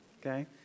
okay